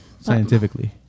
scientifically